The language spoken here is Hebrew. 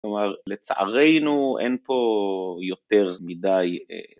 כלומר, לצערנו אין פה יותר מדי